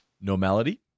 normality